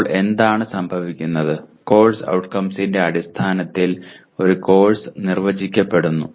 അപ്പോൾ എന്താണ് സംഭവിക്കുന്നത് കോഴ്സ് ഔട്ട്കംസിൻറെ അടിസ്ഥാനത്തിൽ ഒരു കോഴ്സ് നിർവചിക്കപ്പെടുന്നു